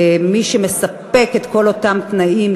מי שמספק את כל אותם תנאים,